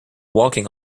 walking